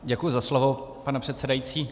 Děkuji za slovo, pane předsedající.